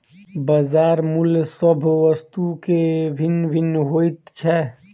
बजार मूल्य सभ वस्तु के भिन्न भिन्न होइत छै